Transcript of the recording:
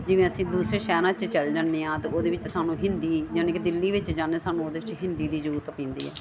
ਜਿਵੇਂ ਅਸੀਂ ਦੂਸਰੇ ਸ਼ਹਿਰਾਂ 'ਚ ਚਲ ਜਾਂਦੇ ਹਾਂ ਤਾਂ ਉਹਦੇ ਵਿੱਚ ਸਾਨੂੰ ਹਿੰਦੀ ਜਾਨੀ ਕਿ ਦਿੱਲੀ ਵਿੱਚ ਜਾਂਦੇ ਸਾਨੂੰ ਉਹਦੇ 'ਚ ਹਿੰਦੀ ਦੀ ਜ਼ਰੂਰਤ ਪੈਂਦੀ ਹੈ